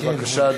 בבקשה,